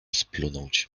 splunąć